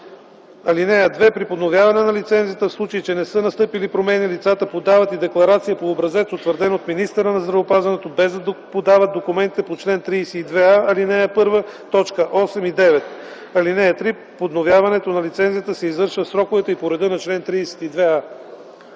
ал. 1. (2) При подновяване на лицензията, в случай че не са настъпили промени, лицата подават и декларация по образец, утвърден от министъра на здравеопазването, без да подават документите по чл. 32а, ал. 1, т. 8 и 9. (3) Подновяването на лицензията се извършва в сроковете и по реда на чл. 32а.”